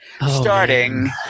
Starting